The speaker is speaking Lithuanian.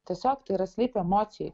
tiesiog tai yra slypi emocijoj